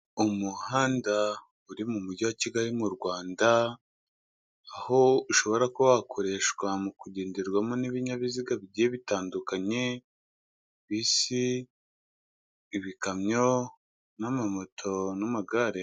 Umuhanda uri mu mujyi wa Kigali mu Rwanda, aho ushobora kuba wakoreshwa mu kugenderwamo n'ibinyabiziga bigiye bitandukanye, bisi ibikamyo, n'amamoto n'amagare.